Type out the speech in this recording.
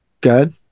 good